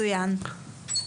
בבקשה.